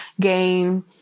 gain